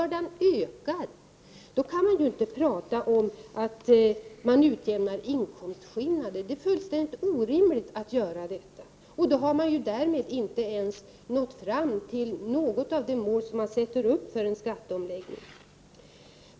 Då kan man ju inte prata om att man utjämnar inkomstskillnader. Det är fullständigt orimligt att påstå detta. Då har man inte ens nått fram till något av de mål som 31 man satt upp för en skatteomläggning.